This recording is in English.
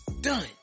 Done